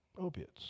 opiates